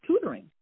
tutoring